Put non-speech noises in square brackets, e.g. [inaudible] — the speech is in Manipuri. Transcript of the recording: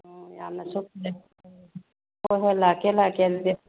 ꯑꯥ ꯌꯥꯝꯅꯁꯨ [unintelligible] ꯍꯣꯏ ꯍꯣꯏ ꯂꯥꯛꯀꯦ ꯂꯥꯛꯀꯦ ꯑꯗꯨꯗꯤ